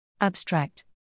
Abstract